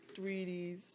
3Ds